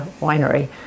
winery